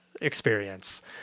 experience